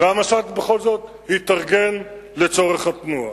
והמשט בכל זאת התארגן לצורך התנועה.